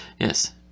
Yes